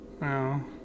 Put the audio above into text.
No